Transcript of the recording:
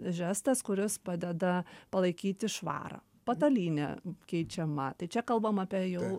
žestas kuris padeda palaikyti švarą patalynė keičiama tai čia kalbam apie jau